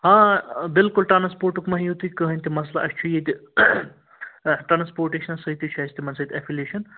ہاں بِلکُل ٹرٛانسپوٹُک مَہ ہیٚیِو تُہۍ کٕہۭنۍ تہِ مسلہٕ اَسہِ چھُ ییٚتہِ ٹرٛانسپوٹیشنَس سۭتۍ تہِ چھِ اَسہِ تِمن سۭتۍ اٮ۪فِلیشن